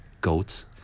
goats